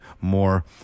more